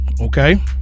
Okay